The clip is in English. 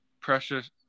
precious